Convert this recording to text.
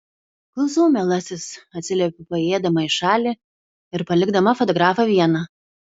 klausau mielasis atsiliepiu paėjėdama į šalį ir palikdama fotografą vieną